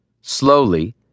slowly